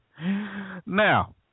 Now